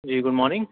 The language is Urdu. G good morning